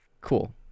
Cool